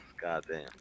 Goddamn